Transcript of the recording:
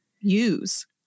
use